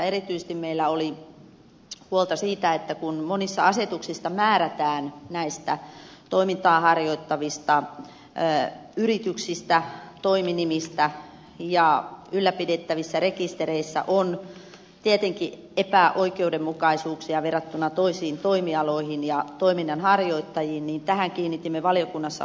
erityisesti meillä oli huolta siitä että monissa asetuksissa määrätään näistä toimintaa harjoittavista yrityksistä ja toiminimistä ja ylläpidettävissä rekistereissä on tietenkin epäoikeudenmukaisuuksia verrattuna toisiin toimialoihin ja toiminnan harjoittajiin ja tähän kiinnitimme valiokunnassa huomiota